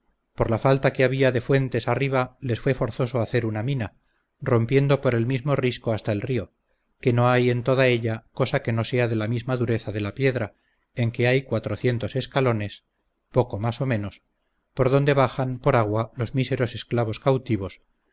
por la falta que había de fuentes arriba les fue forzoso hacer una mina rompiendo por el mismo risco hasta el río que no hay en toda ella cosa que no sea de la misma dureza de la piedra en que hay cuatrocientos escalones poco más o menos por donde bajaban por agua los míseros esclavos cautivos